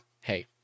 hey